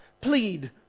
plead